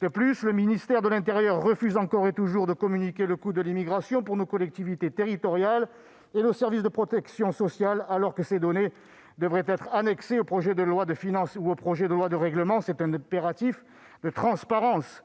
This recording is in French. De plus, le ministère de l'intérieur refuse encore et toujours de communiquer le coût de l'immigration pour nos collectivités territoriales et nos services de protection sociale, alors que ces données devraient être annexées au projet de loi de finances ou au projet de loi de règlement. C'est un impératif de transparence.